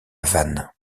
vannes